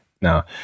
now